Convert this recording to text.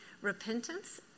repentance